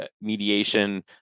mediation